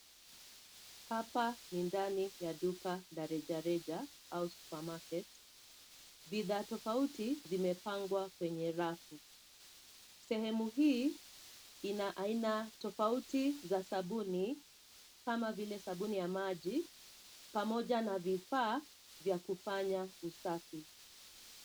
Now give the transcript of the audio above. Hapa ni ndani ya duka la rejareja au supamaketi. Bidhaa tofauti zimepangwa kwenye rafu. Sehemu hii ina aina tofauti za sabuni kama vile sabuni ya maji pamoja na vifaa vya kufanya usafi.